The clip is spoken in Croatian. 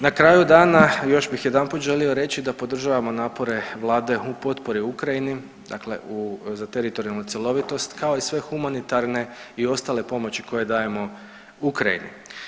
Na kraju dana još bih jedanput želio reći da podržavamo napore vlada u potpori Ukrajini dakle za teritorijalnu cjelovitost kao i sve humanitarne i ostale pomoći koje dajemo Ukrajini.